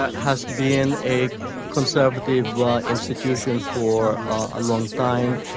ah has been a conservative institution for a long time,